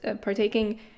partaking